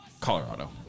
Colorado